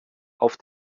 auf